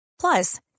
Plus